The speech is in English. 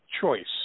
choice